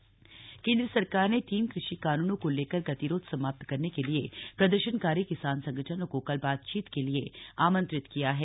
कृषि मंत्री केन्द्र सरकार ने तीन कृषि कानूनों को लेकर गतिरोध समाप्त करने के लिए प्रदर्शनकारी किसान संगठनों को कल बातचीत के लिए थे मंत्रित किया है